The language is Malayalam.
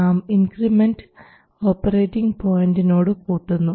നാം ഇൻക്രിമെൻറ് ഓപ്പറേറ്റിംഗ് പോയൻറിനോട് കൂട്ടുന്നു